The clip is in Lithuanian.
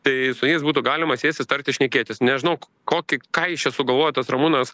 tai su jais būtų galima sėstis tartis šnekėtis nežinau kokį ką jis čia sugalvojo tas ramūnas